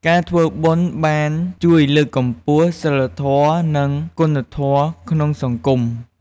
ការធ្វើបុណ្យបានជួយលើកកម្ពស់សីលធម៌ និងគុណធម៌ក្នុងសង្គម។